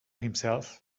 himself